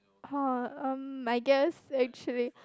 oh um I guess actually